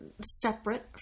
separate